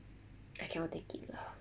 I cannot take it lah